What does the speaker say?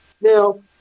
Now